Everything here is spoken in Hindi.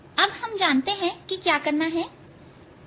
अब हम जानते हैं कि क्या करना है